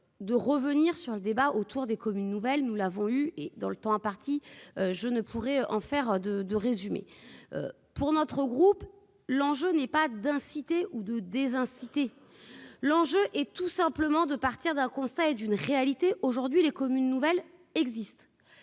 de revenir sur le débat autour des communes nouvelles, nous l'avons eu et dans le temps imparti, je ne pourrai en faire de de résumé. Pour notre groupe, l'enjeu n'est pas d'inciter ou de des inciter l'enjeu est tout simplement de partir d'un conseil d'une réalité : aujourd'hui les communes nouvelles existe